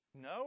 No